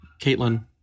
Caitlin